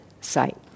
site